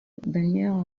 daniel